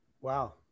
Wow